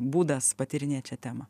būdas patyrinėt šią temą